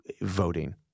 voting